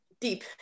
deep